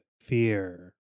Fear